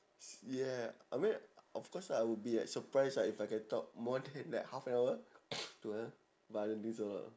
s~ yeah I mean of course I will be like surprise right if I can talk more than like half an hour ya but I don't think so lah